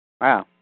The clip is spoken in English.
Wow